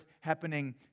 happening